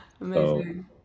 Amazing